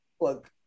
look